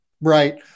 right